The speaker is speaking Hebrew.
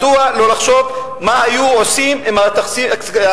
מדוע לא לחשוב מה היו עושים עם התקציבים